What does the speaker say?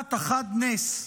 תפיסת החד-נס,